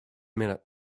minute